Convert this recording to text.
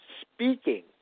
speaking